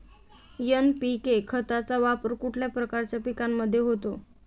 NPK खताचा वापर कुठल्या प्रकारच्या पिकांमध्ये होतो?